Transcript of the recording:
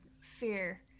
fear